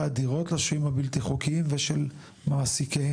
הדירות לשוהים הבלתי חוקיים ושל מעסיקיהם.